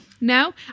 No